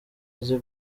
azi